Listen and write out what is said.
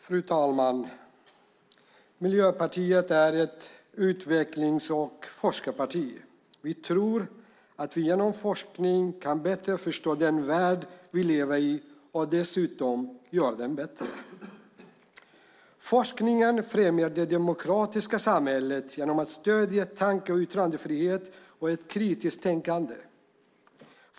Fru talman! Miljöpartiet är ett utvecklings och forskningsparti. Vi tror att vi genom forskning kan bättre förstå den värld vi lever i och dessutom göra den bättre. Forskningen främjar det demokratiska samhället genom att stödja tanke och yttrandefrihet och ett kritiskt tänkande.